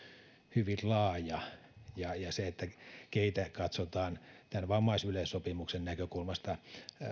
hyvin laaja ja ja sehän keitä katsotaan vammaisyleissopimuksen näkökulmasta